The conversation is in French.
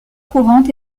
courante